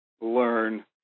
learn